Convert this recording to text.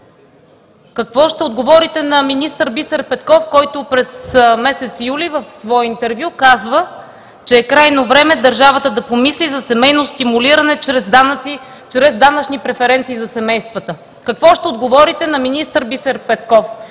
какво ще отговорите на министър Бисер Петков, който през месец юли в свое интервю казва, че е крайно време държавата да помисли за семейно стимулиране чрез данъчни преференции за семействата? Какво ще отговорите на министър Бисер Петков?